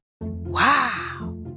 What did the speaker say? Wow